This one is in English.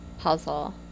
puzzle